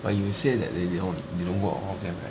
but you say that they they all don't work all of them right